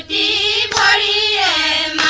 a a